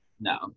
no